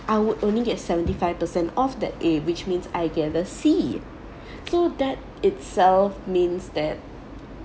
I would only get seventy five per cent of that A which means I get a C so that itself means that